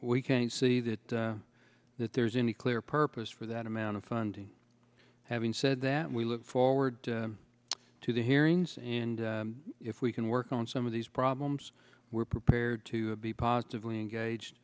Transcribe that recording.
we can see that that there's any clear purpose for that amount of funding having said that we look forward to the hearings and if we can work on some of these problems we're prepared to be positively engaged